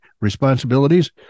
responsibilities